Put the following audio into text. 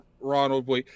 Ronald